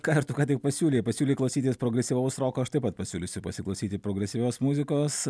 ką ir tu ką tik pasiūlei pasiūlei klausytis progresyvaus roko aš taip pat pasiūlysiu pasiklausyti progresyvios muzikos